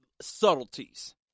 subtleties